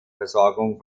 versorgung